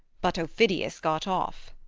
but aufidius got off.